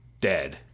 dead